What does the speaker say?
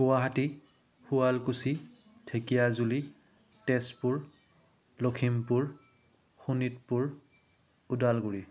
Guwahati Sualkuchi Dhekiajuli Tezpur Lakhimpur Sonitpur Udalguri